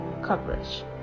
coverage